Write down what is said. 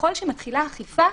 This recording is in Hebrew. ככל שמתחילה אכיפה,